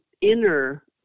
inner